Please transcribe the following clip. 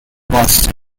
boston